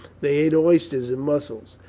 they ate oysters and mussels.